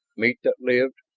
meat that lived,